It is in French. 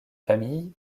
famille